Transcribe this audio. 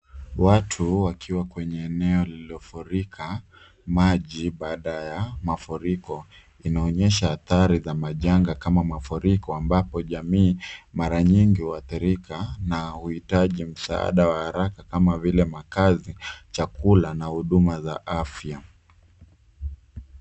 Watu wakiwa kwenye eneo lililofurika maji baada ya mafuriko. Inaonyesha athari za majanga kama mafuriko ambapo jamii mara nyingi huathirika na huhitaji msaada wa haraka kama vile makazi, chakula na huduma za afya.